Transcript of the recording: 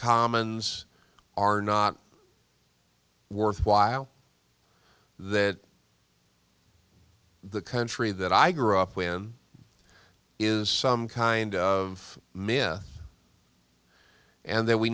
commons are not worthwhile that the country that i grew up with is some kind of mini and that we